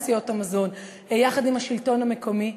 יחד עם השלטון המקומי.